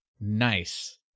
nice